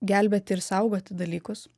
gelbėti ir saugoti dalykus